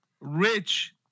rich